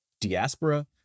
diaspora